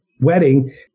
wedding